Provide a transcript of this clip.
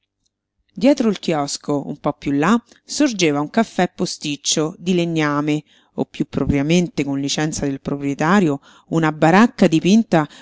dietro il chiosco un po piú là sorgeva un caffè posticcio di legname o piú propriamente con licenza del proprietario una baracca dipinta